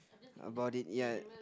about it ya